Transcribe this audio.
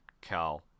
Cal